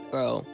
Bro